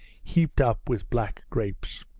heaped up with black grapes.